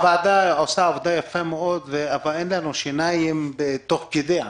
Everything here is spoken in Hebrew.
הוועדה עושה עבודה יפה מאוד אבל אין לנו שיניים תוך כדי העבודה,